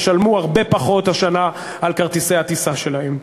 ישלמו הרבה פחות השנה על כרטיסי הטיסה שלהם.